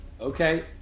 okay